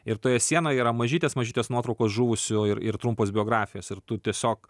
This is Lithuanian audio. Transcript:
ir toje sienoje yra mažytės mažytės nuotraukos žuvusių ir ir trumpos biografijos ir tu tiesiog